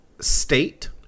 state